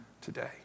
today